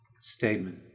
statement